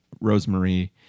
rosemary